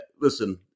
Listen